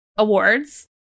awards